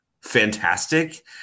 fantastic